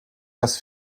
das